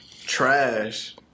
Trash